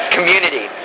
Community